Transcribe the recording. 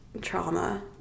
trauma